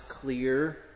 clear